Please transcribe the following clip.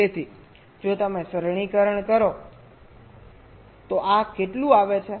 તેથી જો તમે સરળીકરણ કરો તો આ કેટલું આવે છે